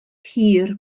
hir